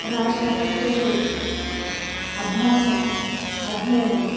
राष्ट्रभक्तेः अभ्यासम् अध्ययनम्